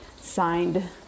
signed